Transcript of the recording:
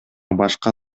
башка